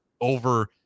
over